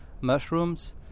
mushrooms